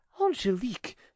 angelique